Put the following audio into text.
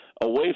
away